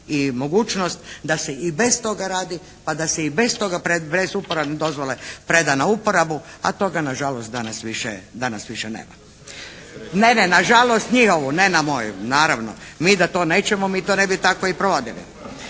i mogućnost da se i bez toga radi pa da se i bez uporabne dozvole preda na uporabu. A toga nažalost, danas više nema. …/Upadica se ne razumije./… Ne, ne. Nažalost, njihovu ne na moju. Naravno. Mi da to nećemo, mi to ne bi tako i provodili.